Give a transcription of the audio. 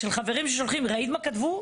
של חברים ששולחים: ראית מה כתבו?